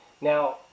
Now